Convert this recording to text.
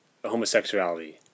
Homosexuality